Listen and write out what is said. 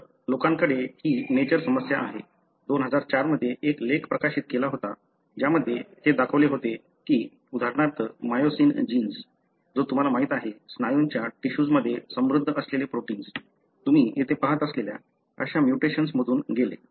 तर लोकांकडे ही नेचर समस्या आहे 2004 मध्ये एक लेख प्रकाशित केला होता ज्यामध्ये हे दाखवले होते की उदाहरणार्थ मायोसिन जीन्स जो तुम्हाला माहीत आहे स्नायूंच्या टिश्यूमध्ये समृद्ध असलेले प्रोटिन तुम्ही येथे पाहत असलेल्या अशा म्युटेशन्स मधून गेले